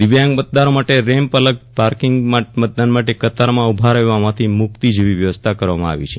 દિવ્યાંગ મતદારો માટે રેમ્પ અલગ પાર્કિંગ મતદાન માટે કતારમાં ઉભા રહેવામાંથી મુક્તિ જેવી વ્યવસ્થા કરવામાં આવી છે